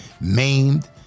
maimed